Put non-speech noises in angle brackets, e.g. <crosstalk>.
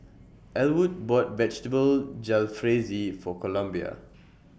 Ellwood bought Vegetable Jalfrezi For Columbia <noise>